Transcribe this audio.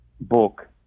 book